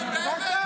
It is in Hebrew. בבקשה.